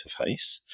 Interface